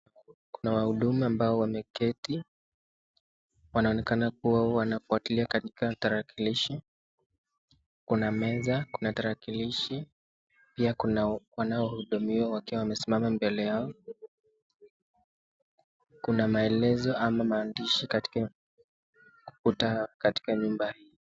Kuna wahuduma ambao wameketi ,wanaonekana kuwa wanafuatilia katika tarakilishi. Kuna meza ,kuna tarakilishi. Pia kuna wanaohudumiwa wakiwa wamesimama mbele yao. Kuna maelezo ama maandishi katika ukuta katika nyumba hii.